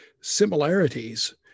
similarities